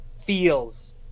Feels